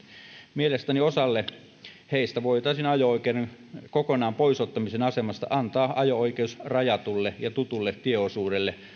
mielestäni osalle heistä voitaisiin ajo oikeuden kokonaan pois ottamisen asemasta antaa ajo oikeus rajatulle ja tutulle tieosuudelle